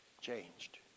changed